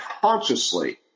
consciously